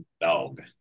Dog